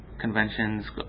conventions